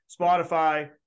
Spotify